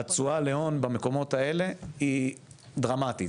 התשואה להון במקומות האלה, היא דרמטית.